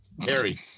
Harry